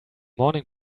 morning